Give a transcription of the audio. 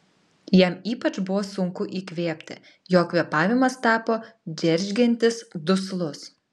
jam ypač buvo sunku įkvėpti jo kvėpavimas tapo džeržgiantis duslus